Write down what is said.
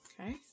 Okay